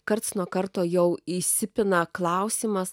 karts nuo karto jau įsipina klausimas